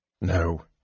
No